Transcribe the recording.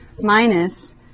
minus